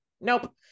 Nope